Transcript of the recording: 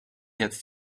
jetzt